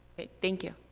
thank you.